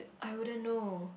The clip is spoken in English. I wouldn't know